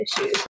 issues